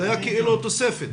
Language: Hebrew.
זאת הייתה כאילו תוספת.